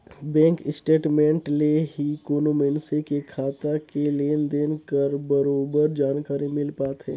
bank statement ले ही कोनो मइनसे के खाता के लेन देन कर बरोबर जानकारी मिल पाथे